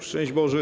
Szczęść Boże!